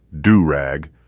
do-rag